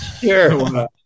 Sure